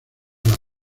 las